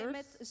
met